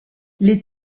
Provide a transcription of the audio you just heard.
les